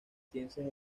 ciencias